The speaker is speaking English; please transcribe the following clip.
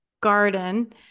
garden